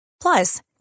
Plus